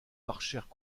marchèrent